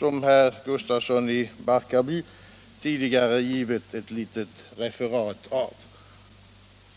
vilket herr Gustafsson i Barkarby tidigare givit ett litet referat av.